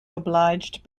obliged